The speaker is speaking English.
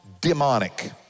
demonic